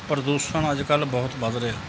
ਪ੍ਰਦੂਸ਼ਣ ਅੱਜ ਕੱਲ੍ਹ ਬਹੁਤ ਵੱਧ ਰਿਹਾ